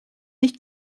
nicht